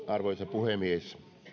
arvoisa puhemies